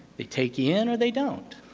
they take you in or they don't.